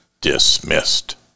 dismissed